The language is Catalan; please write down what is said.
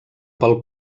pel